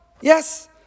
Yes